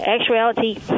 Actuality